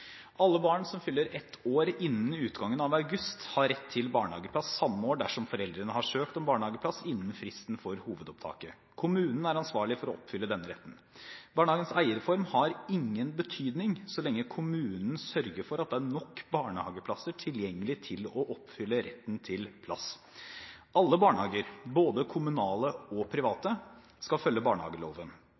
Alle barn som fyller ett år innen utgangen av august, har rett til barnehageplass samme år dersom foreldrene har søkt om barnehageplass innen fristen for hovedopptaket. Kommunen er ansvarlig for å oppfylle denne retten. Barnehagens eierform har ingen betydning så lenge kommunen sørger for at det er nok barnehageplasser tilgjengelig til å oppfylle retten til plass. Alle barnehager, både kommunale og private, skal følge barnehageloven.